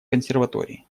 консерватории